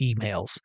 emails